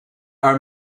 are